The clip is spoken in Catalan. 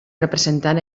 representant